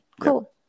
Cool